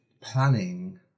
planning